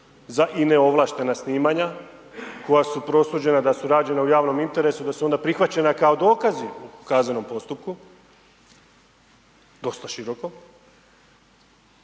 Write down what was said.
za i neovlaštena snimanja koja su prosuđena da su rađena u javnom interesu, da su onda prihvaćeni kao dokazi u kaznenom postupku, dosta široko.